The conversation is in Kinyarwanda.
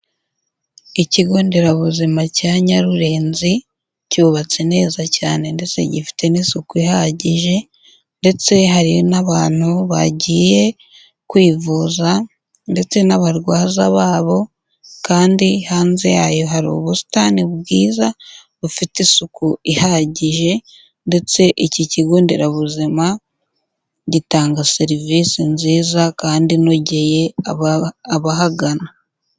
Ikigo nderabuzima cya Nyarurenzi cyubatse neza cyane ndetse gifite n'isuku ihagije ndetse hari n'abantu bagiye kwivuza ndetse n'abarwaza babo kandi hanze yayo hari ubusitani bwiza bufite isuku ihagije ndetse iki kigo nderabuzima gitanga serivisi nziza kandi inogeye abahagana.